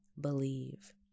believe